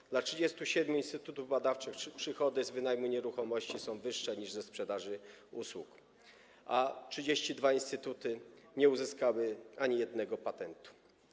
W przypadku 37 instytutów badawczych przychody z wynajmu nieruchomości są wyższe niż przychody ze sprzedaży usług, a 32 instytuty nie uzyskały ani jednego patentu.